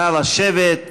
נא לשבת.